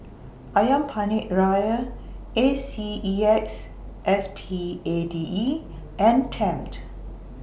Ayam Penyet Ria A C E X S P A D E and Tempt